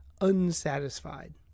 unsatisfied